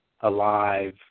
alive